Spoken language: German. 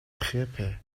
treppe